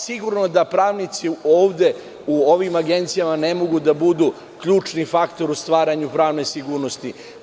Sigurno da pravnici ovde u ovim agencijama ne mogu da budu ključni faktor u stvaranju pravne sigurnosti.